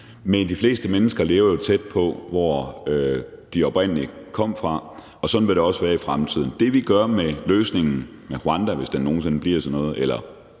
Men de fleste mennesker lever jo tæt på, hvor de oprindelig kom fra, og sådan vil det også være i fremtiden. Det, vi gør med løsningen med Rwanda, eller hvor det